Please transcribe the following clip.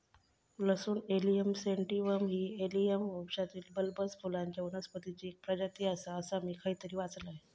लसूण allium sativum ही allium वंशातील बल्बस फुलांच्या वनस्पतीची एक प्रजाती आसा, असा मी खयतरी वाचलंय